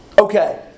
Okay